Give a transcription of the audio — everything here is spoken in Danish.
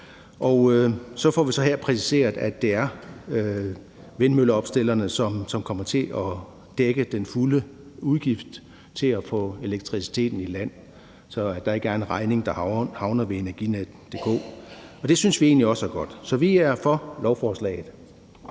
Så får vi her præciseret, at det er vindmølleopstillerne, som kommer til at dække den fulde udgift til at få elektriciteten i land, så der ikke er en regning, der havner ved Energinet, og det synes vi egentlig også er godt. Så vi er for lovforslaget.